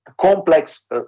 complex